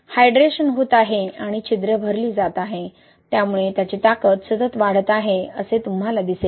hydration होत आहे आणि छिद्रे भरली जात आहेत त्यामुळे ताकद सतत वाढत आहे हे तुम्हाला दिसेल